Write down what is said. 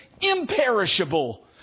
imperishable